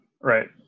Right